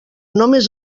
només